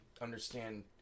understand